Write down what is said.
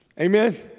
Amen